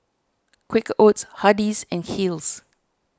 Quaker Oats Hardy's and Kiehl's